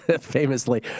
famously